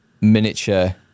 miniature